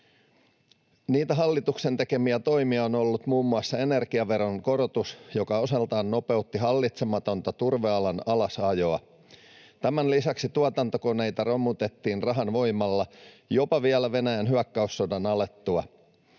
Niitä hallituksen tekemiä toimia ovat olleet muun muassa energiaveron korotus, joka osaltaan nopeutti hallitsematonta turvealan alasajoa. Tämän lisäksi tuotantokoneita romutettiin rahan voimalla jopa vielä Venäjän hyökkäyssodan alettua.